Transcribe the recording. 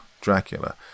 Dracula